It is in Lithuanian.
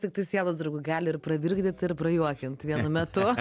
tiktai sielos draug gali ir pravirkdyt ir prajuokint vienu metu